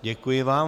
Děkuji vám.